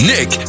Nick